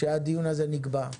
שהדיון הזה נקבע.